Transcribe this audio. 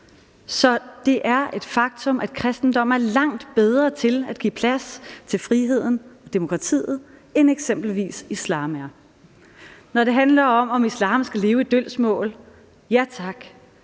Så det er et faktum, at kristendommen er langt bedre til at give plads til friheden og demokratiet end eksempelvis islam. Når det handler om, om islam skal leve i dølgsmål, er mit